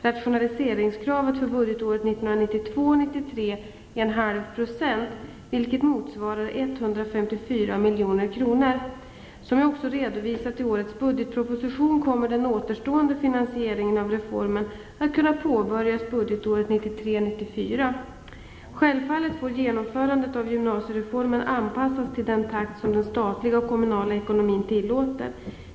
Rationaliseringskravet för budgetåret 1992 94. Självfallet får genomförandet av gymnasiereformen anpassas till den takt som den statliga och kommunala ekonomin tillåter.